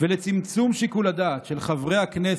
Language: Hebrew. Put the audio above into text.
בשיקול הדעת של חברי הכנסת,